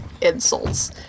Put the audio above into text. insults